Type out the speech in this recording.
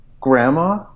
grandma